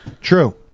True